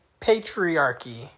patriarchy